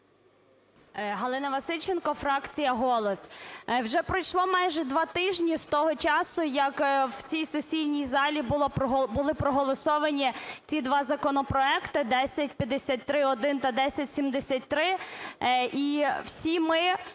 Галина Васильченко, фракція "Голос". Вже пройшло майже два тижня з того часу, як в цій сесійній залі були проголосовані ці два законопроекти – 1053-1 та 1073, і всі ми